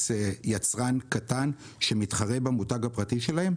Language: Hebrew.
יצרן קטן שמתחרה במותג הפרטי שלהן?